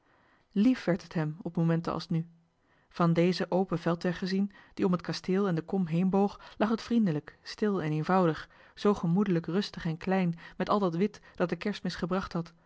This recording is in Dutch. werd het hem weer op momenten als nu van dezen open veldweg gezien die om het kasteel en de kom heen boog lag het vriendelijk stil en eenvoudig zoo gemoedelijk rustig en klein met al dat wit dat de kerstmis gebracht had